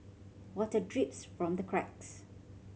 water drips from the cracks